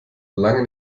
lange